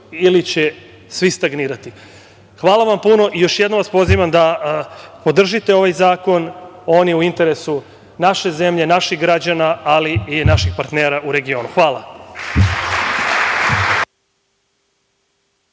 ili će svi stagnirati. Hvala vam puno i još jednom vas pozivam da podržite ovaj zakon, on je u interesu naše zemlje, naših građana, ali i naših partnera u regionu. Hvala.